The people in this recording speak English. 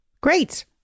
Great